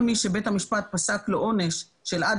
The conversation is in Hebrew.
כל מי שבית המשפט פסק לו עונש של עד